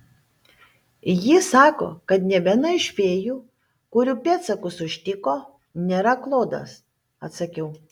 ji sako kad nė viena iš fėjų kurių pėdsakus užtiko nėra klodas atsakiau